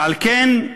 ועל כן,